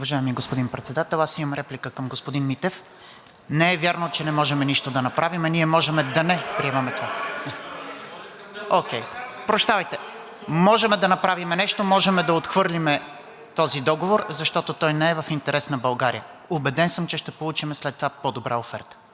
Уважаеми господин Председател, имам реплика към господин Митев. Не е вярно, че не можем нищо да направим. (Шум и реплики от „Продължаваме Промяната“.) Ние можем да не приемаме това. Окей, прощавайте! Можем да направим нещо. Можем да отхвърлим този договор, защото той не е в интерес на България. Убеден съм, че ще получим след това по-добра оферта.